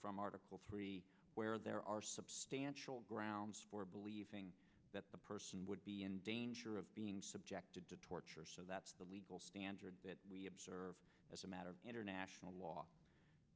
from article three where there are substantial grounds for believing that the person would be in danger of being subjected to torture so that's the legal standard that we observe as a matter of international law